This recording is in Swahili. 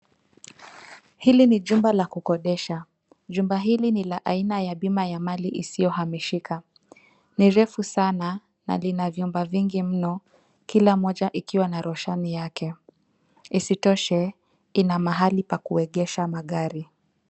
Hili ni jumba la kukodisha. Jumba hili ni aina ya bima ya mali isiyo hamishika, ni refu sana na lina vyumba vingi mno kila moja ikiwa na rushani yake, isitoshe ina mahali pa kuegesha magari.